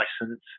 license